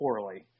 poorly